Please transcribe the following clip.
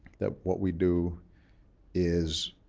that what we do is